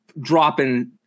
dropping